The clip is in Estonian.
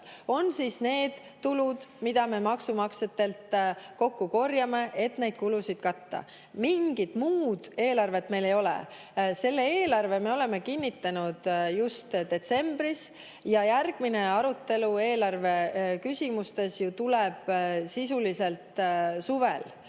on need tulud, mida me maksumaksjatelt kokku korjame, et oma kulusid katta. Mingit muud eelarvet meil ei ole. Selle eelarve me oleme just kinnitanud, detsembris, ja järgmine arutelu eelarveküsimustes tuleb sisuliselt suvel. Ehk